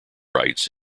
rights